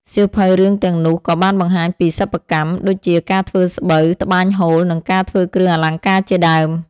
សៀវភៅរឿងទាំងនោះក៏បានបង្ហាញពី សិប្បកម្ម ដូចជាការធ្វើស្បូវ ត្បាញហូល និងការធ្វើគ្រឿងអលង្ការជាដើម។